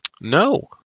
No